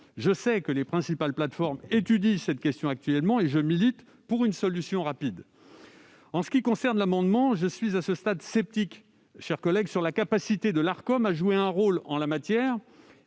Je sais que les principales plateformes étudient actuellement cette question et je milite pour une solution rapide. En ce qui concerne l'amendement, je suis à ce stade sceptique sur la capacité de l'Arcom à jouer un rôle en la matière